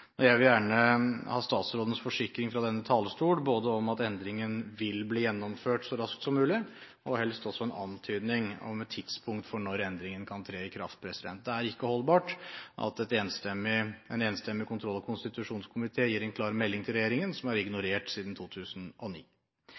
endringen. Jeg vil gjerne ha statsrådens forsikring fra denne talerstol både om at endringen vil bli gjennomført så raskt så mulig, og helst også en antydning om et tidspunkt for når endringen kan tre i kraft. Det er ikke holdbart at en enstemmig kontroll- og konstitusjonskomité gir en klar melding til regjeringen som er ignorert siden årsmeldingen for 2009